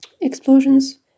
explosions